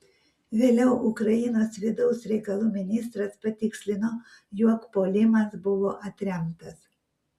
vėliau ukrainos vidaus reikalų ministras patikslino jog puolimas buvo atremtas